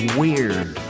weird